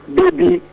baby